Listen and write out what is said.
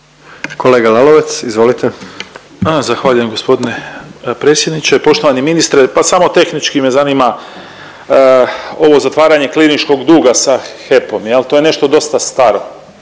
**Lalovac, Boris (SDP)** Zahvaljujem gospodine predsjedniče. Poštovani ministre pa samo tehnički me zanima ovo zatvaranje kliničkog duga sa HEP-om, jel' to je nešto dosta staro